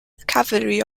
cavalry